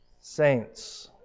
saints